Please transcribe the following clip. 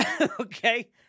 Okay